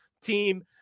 team